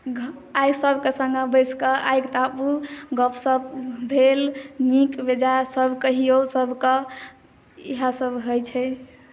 आइ सबके संगे बैस कऽ आगि तापु गप सप भेल नीक बेजाए सब कहियौ सब के ईहा सब होइ छै